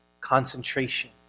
concentration